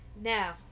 now